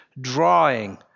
drawing